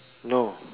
no